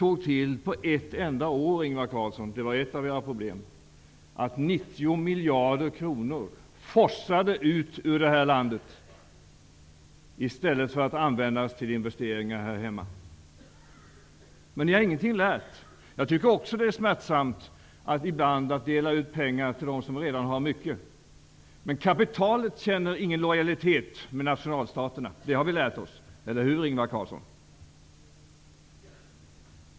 Ett av era problem, Ingvar Carlsson, är att ni på ett enda år såg till att 90 miljarder kronor forsade ut ur landet i stället för att använda dem till investeringar här hemma. Ni har ingenting lärt. Jag tycker också att det är smärtsamt att ibland dela ut pengar till dem som redan har mycket, men kapitalet känner ingen lojalitet med nationalstaterna. Det har vi lärt oss, eller hur Ingvar Carlsson?